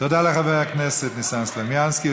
תודה לחבר הכנסת ניסן סלומינסקי,